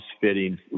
fitting